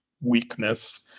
weakness